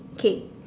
okay